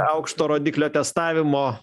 aukšto rodiklio testavimo